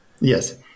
Yes